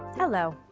hello.